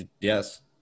yes